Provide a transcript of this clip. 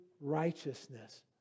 righteousness